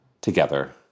together